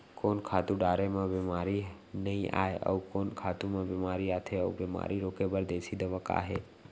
कोन खातू डारे म बेमारी नई आये, अऊ कोन खातू म बेमारी आथे अऊ बेमारी रोके बर देसी दवा का हे?